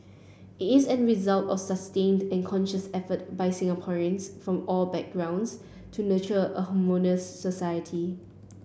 it is an result of sustained and conscious effort by Singaporeans from all backgrounds to nurture a harmonious society